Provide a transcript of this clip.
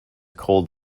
cold